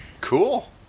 Cool